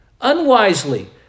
unwisely